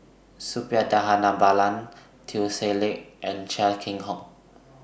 Suppiah Dhanabalan Teo Ser Luck and Chia Keng Hock